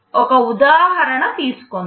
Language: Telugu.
ఒక ఉదాహరణ తీసుకుందాం